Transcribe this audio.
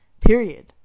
Period